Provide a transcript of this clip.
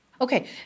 Okay